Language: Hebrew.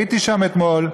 הייתי שם אתמול.